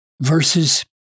verses